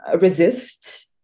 resist